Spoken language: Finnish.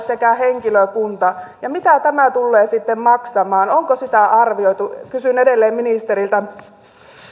sekä henkilökunta tien päälle mitä tämä tulee sitten maksamaan onko sitä arvioitu kysyn edelleen ministeriltä